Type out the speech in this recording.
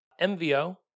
MVO